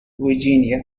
virginia